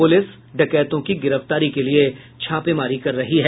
police डकैतों की गिरफ्तारी के लिए छापेमारी कर रही है